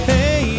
Hey